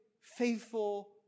faithful